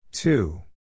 Two